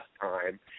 time